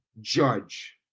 Judge